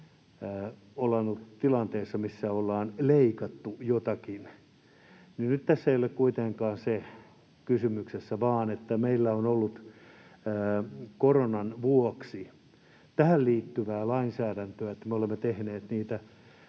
tilanteessa, missä ollaan leikattu jotakin, niin nyt tässä ei ole kuitenkaan se kysymyksessä vaan se, että meillä on ollut koronan vuoksi tähän liittyvää lainsäädäntöä, että me olemme tehneet niitä